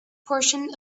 portion